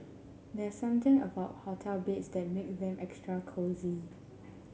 there's something about hotel beds that make them extra cosy